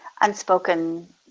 unspoken